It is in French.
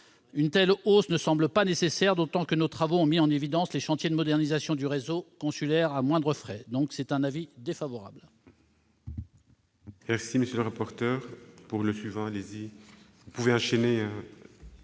Une telle hausse ne semble pas nécessaire, d'autant que nos travaux ont mis en évidence les chantiers de modernisation du réseau consulaire à moindres frais. L'avis est donc défavorable.